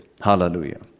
Hallelujah